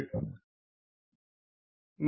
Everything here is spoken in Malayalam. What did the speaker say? ഇത് ഒരു ക്രിപ്റ്റോ ഡിവൈസ് ആണ്